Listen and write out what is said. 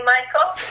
Michael